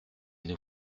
nous